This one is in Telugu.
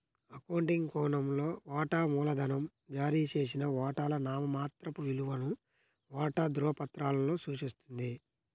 అకౌంటింగ్ కోణంలో, వాటా మూలధనం జారీ చేసిన వాటాల నామమాత్రపు విలువను వాటా ధృవపత్రాలలో సూచిస్తుంది